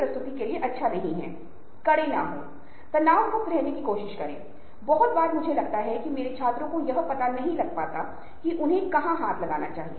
अन्य चीजें भी आती हैं जैसे कि इन लोगों के साथ आपका कैसा रिश्ता है वे यह भी तय करेंगे कि आप कितने प्रभावशाली हैं